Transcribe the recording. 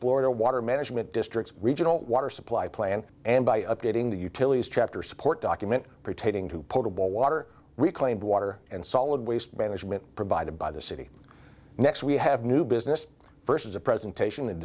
florida water management district regional water supply plan and by updating the utilities chapter support document pertaining to potable water reclaimed water and solid waste management provided by the city next we have new business versus a presentation